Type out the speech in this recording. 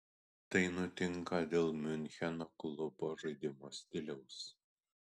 tai nutinka dėl miuncheno klubo žaidimo stiliaus